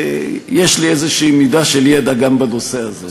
יש לי איזו מידה של ידע גם בנושא הזה,